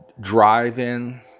drive-in